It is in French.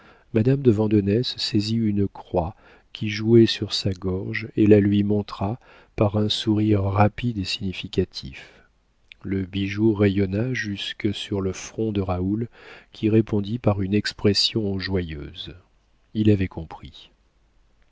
madame de vandenesse saisit une croix qui jouait sur sa gorge et la lui montra par un sourire rapide et significatif le bijou rayonna jusque sur le front de raoul qui répondit par une expression joyeuse il avait compris